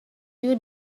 you